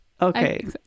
okay